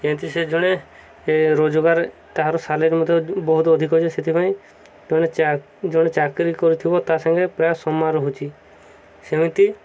ଏମିତି ସେ ଜଣେ ରୋଜଗାର ତାହାର ସାଲେରି ମଧ୍ୟ ବହୁତ ଅଧିକ ଅଛି ସେଥିପାଇଁ ଜଣେ ଜଣେ ଚାକିରି କରିଥିବ ତା ସାଙ୍ଗେ ପ୍ରାୟ ସମାନ ରହୁଛି ସେମିତି